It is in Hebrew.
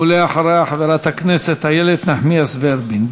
ואחריה, חברת הכנסת איילת נחמיאס ורבין.